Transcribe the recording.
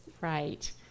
right